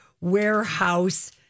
warehouse